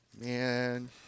Man